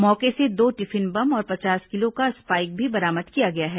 मौके से दो टिफिन बम और पचास किलो का स्पाईक भी बरामद किया गया है